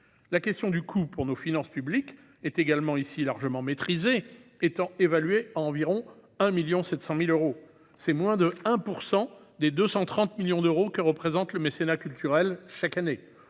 La question du coût pour nos finances publiques est également bien maîtrisée : environ 1,7 million d'euros, soit moins de 1 % des 230 millions d'euros que représente le mécénat culturel chaque année.